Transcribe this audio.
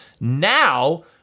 now